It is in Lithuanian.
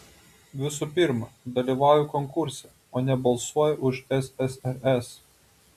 visų pirma dalyvauju konkurse o ne balsuoju už ssrs